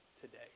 today